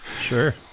Sure